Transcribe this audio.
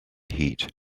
heat